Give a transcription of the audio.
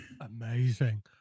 Amazing